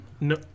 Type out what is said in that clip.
No